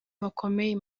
bakomeye